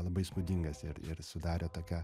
labai įspūdingas ir ir sudarė tokią